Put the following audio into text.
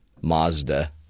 Mazda